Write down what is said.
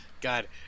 God